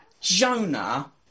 Jonah